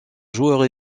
joueurs